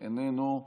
איננו,